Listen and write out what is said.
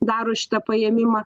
daro šitą paėmimą